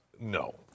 No